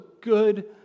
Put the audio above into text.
good